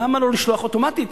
למה לא לשלוח אוטומטית,